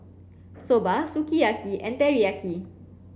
Soba Sukiyaki and Teriyaki